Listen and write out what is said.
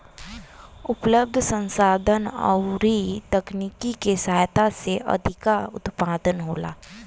उपलब्ध संसाधन अउरी तकनीकी के सहायता से अधिका उत्पादन होला